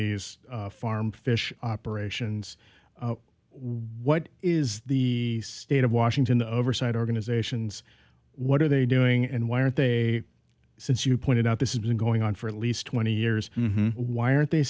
these farmed fish operations what is the state of washington the oversight organizations what are they doing and why aren't they since you pointed out this has been going on for at least twenty years why are they